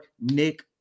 Nick